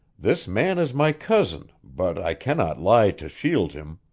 this man is my cousin, but i cannot lie to shield him.